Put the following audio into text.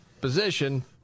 position